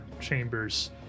chambers